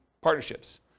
partnerships